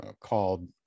called